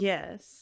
Yes